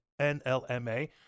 NLMA